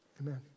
Amen